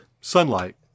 sunlight